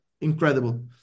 incredible